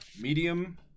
Medium